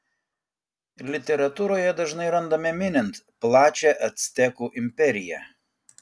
literatūroje dažnai randame minint plačią actekų imperiją